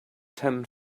ten